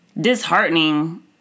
disheartening